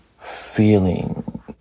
feeling